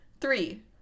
Three